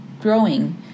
growing